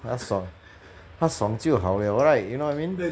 他爽他爽就好 liao right you know what I mean